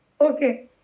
Okay